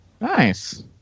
Nice